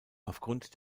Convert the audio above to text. aufgrund